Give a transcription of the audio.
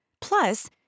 Plus